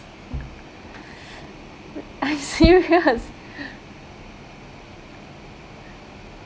are you serious